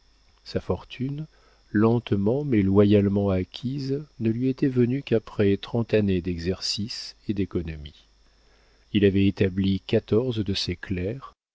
sa fortune lentement mais loyalement acquise ne lui était venue qu'après trente années d'exercice et d'économie il avait établi quatorze de ses clercs